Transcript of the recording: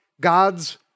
God's